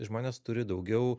žmonės turi daugiau